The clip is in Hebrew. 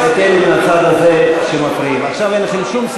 אתם מתעסקים בחיילים גם?